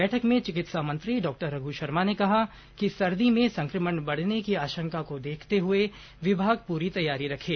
बैठक में चिकित्सा मंत्री डॉ रघू शर्मा ने कहा कि सर्दी में संक्रमण बढ़ने की आशंका को देखते हुए विभाग पूरी तैयारी रखे